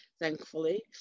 thankfully